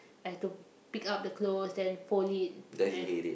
I have to pick up the clothes then fold it !eh!